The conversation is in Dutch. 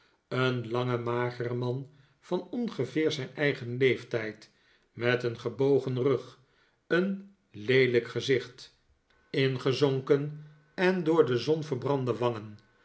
een lange magere man van ongeveer zijn eigen leeftijd met een gebogen rug een leelijk gezicht ingezonken en door de zon nikolaas n'ickleby verbrande